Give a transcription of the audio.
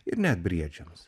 ir net briedžiams